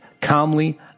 calmly